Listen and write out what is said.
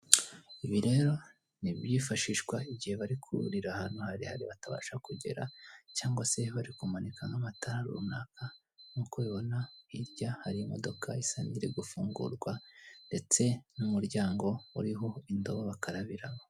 Ibi rero ni ibyifashishwa igihe bari kuriria ahantu harehare batabasha kugerabatabasha kugera cyangwa se baikumanika n'amatara runaka, nk'uko ubibona hirya hari imodoka isa nk'iri gufungurwa ndetse n'umuryango uriho indobo bakarabiraho.